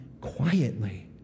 quietly